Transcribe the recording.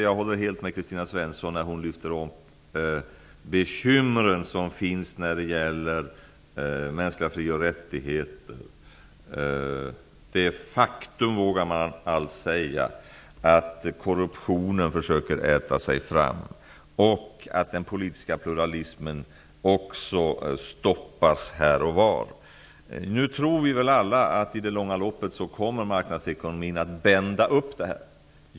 Jag håller helt med Kristina Svensson när hon lyfter upp de bekymmer som finns när det gäller mänskliga frioch rättigheter, det faktum -- det vågar man nog säga -- att korruptionen försöker äta sig fram och även att den politiska pluralismen här och var stoppas. Nu tror vi väl alla att marknadsekonomin i det långa loppet kommer att bända upp dessa låsningar.